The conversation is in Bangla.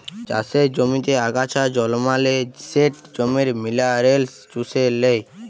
চাষের জমিতে আগাছা জল্মালে সেট জমির মিলারেলস চুষে লেই